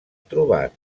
trobat